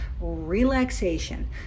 relaxation